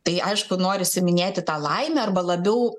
tai aišku norisi minėti tą laimę arba labiau